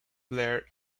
blared